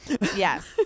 yes